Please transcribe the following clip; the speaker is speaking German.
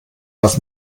was